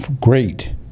great